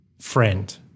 friend